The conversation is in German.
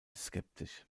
skeptisch